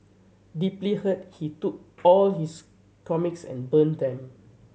deeply hurt he took all his comics and burnt them